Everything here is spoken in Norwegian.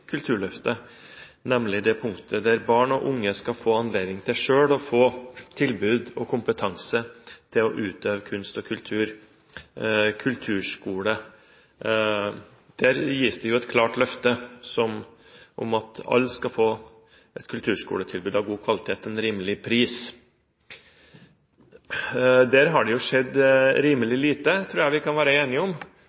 Kulturløftet, nemlig det at barn og unge skal få anledning til å få tilbud om og kompetanse til selv å utøve kunst og kultur – kulturskole. Der gis det et klart løfte om at alle skal få et kulturskoletilbud av god kvalitet til en rimelig pris. Der tror jeg vi kan være enige om at det har skjedd